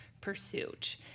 pursuit